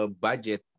budget